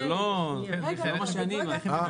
זה לא מה שאני הבנתי.